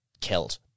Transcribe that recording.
killed